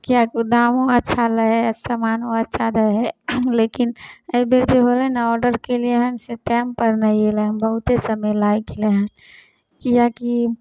किएकि ओ दामो अच्छा लै हइ समानो अच्छा दै हइ लेकिन एहिबेर जे होलै ने ऑडर केलिए हेँ से टाइमपर नहि अएलै बहुते समय लागि गेलै हँ किएकि